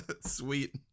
Sweet